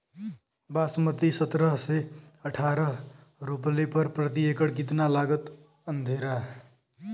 बासमती सत्रह से अठारह रोपले पर प्रति एकड़ कितना लागत अंधेरा?